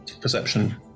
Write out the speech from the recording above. perception